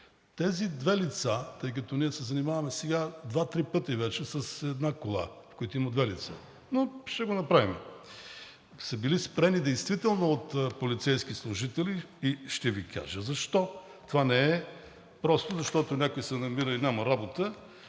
Тези две лица, тъй като ние се занимаваме сега два-три пъти вече с една кола, в която има две лица, но ще го направим, са били спрени действително от полицейски служители и ще Ви кажа защо. Това не е просто защото някой си намира и няма работа,